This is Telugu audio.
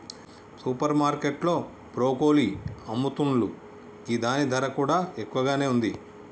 సూపర్ మార్కెట్ లో బ్రొకోలి అమ్ముతున్లు గిదాని ధర కూడా ఎక్కువగానే ఉంది